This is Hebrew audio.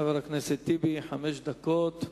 חבר הכנסת טיבי, חמש דקות.